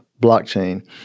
blockchain